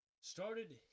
started